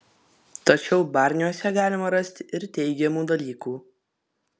tačiau barniuose galima rasti ir teigiamų dalykų